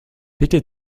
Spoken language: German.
bitte